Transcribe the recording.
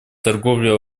торговля